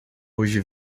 hoje